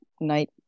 night